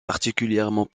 particulièrement